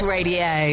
Radio